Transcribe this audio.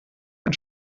ein